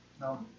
No